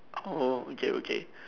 oh okay okay